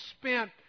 spent